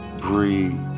Breathe